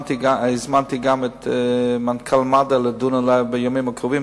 הזמנתי גם את מנכ"ל מד"א לדיון בימים הקרובים,